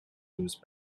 lose